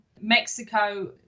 Mexico